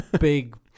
big